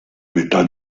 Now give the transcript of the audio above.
metà